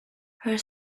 her